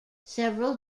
several